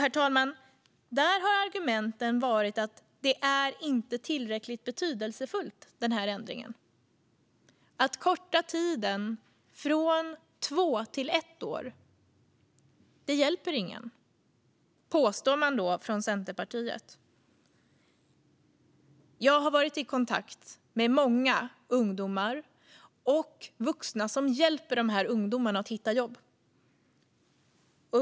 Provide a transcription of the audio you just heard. Argumentet har varit, herr talman, att den här ändringen inte är tillräckligt betydelsefull. Att korta tiden från två år till ett år hjälper ingen, påstår man från Centerpartiet. Jag har varit i kontakt med många ungdomar och vuxna som hjälper de här ungdomarna att hitta jobb.